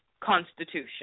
constitution